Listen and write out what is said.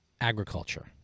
agriculture